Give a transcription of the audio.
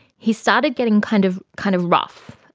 he started getting kind of kind of rough.